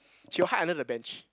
she will hide under the bench